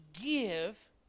give